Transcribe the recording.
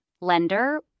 lender